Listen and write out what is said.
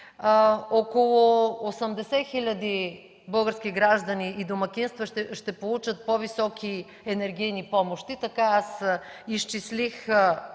около 80 хиляди български граждани и домакинства ще получат по-високи енергийни помощи